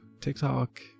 TikTok